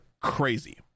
crazy